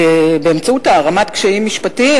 באמצעות הערמת קשיים משפטיים,